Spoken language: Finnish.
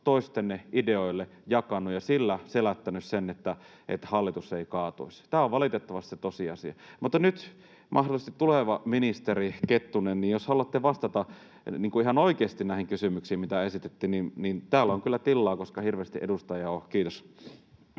toistenne ideoille jakaneet ja sillä selättäneet sen, että hallitus ei kaatuisi. Tämä on valitettavasti tosiasia. Nyt, mahdollisesti tuleva ministeri Kettunen, jos haluatte vastata ihan oikeasti näihin kysymyksiin, mitä esitettiin, niin täällä on kyllä tilaa, koska hirveästi edustajia ei ole. — Kiitos.